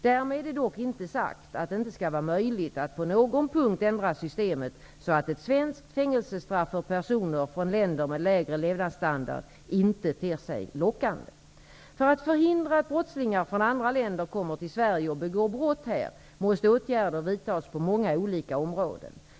Därmed är dock inte sagt att det inte skulle vara möjligt att på någon punkt ändra systemet så att ett svenskt fängelsestraff för personer från länder med lägre levnadsstandard inte ter sig lockande. För att förhindra att brottslingar från andra länder kommer till Sverige och begår brott här måste åtgärder vidtas på många olika områden.